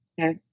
Okay